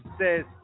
says